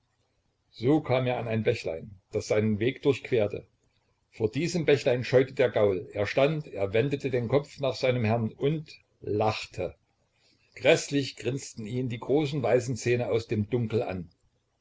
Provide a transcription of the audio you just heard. so kam er an ein bächlein das seinen weg durchquerte vor diesem bächlein scheute der gaul er stand er wendete den kopf nach seinem herrn und lachte gräßlich grinsten ihn die großen weißen zähne aus dem dunkel an